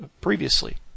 previously